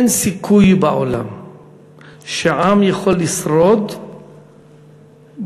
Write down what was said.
אין סיכוי בעולם שעם יכול לשרוד בכזאת